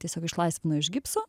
tiesiog išlaisvino iš gipso